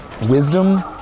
wisdom